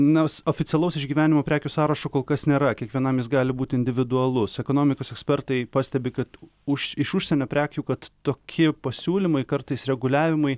nors oficialaus išgyvenimų prekių sąrašo kol kas nėra kiekvienam jis gali būti individualus ekonomikos ekspertai pastebi kad už iš užsienio prekių kad tokie pasiūlymai kartais reguliavimai